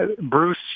Bruce